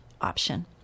option